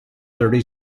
thirty